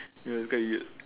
that's quite weird